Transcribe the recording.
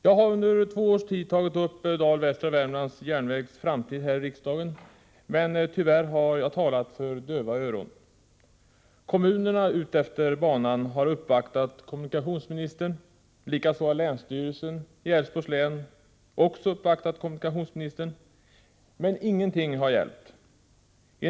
Jag har under två års tid tagit upp Dal Västra Värmlands järnvägs framtid här i riksdagen, men tyvärr har jag talat för döva öron. Kommunerna utefter banan har uppvaktat kommunikationsministern liksom länsstyrelsen i Älvsborgs län. Men ingenting har hjälpt.